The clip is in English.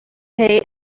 pay